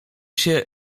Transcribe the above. się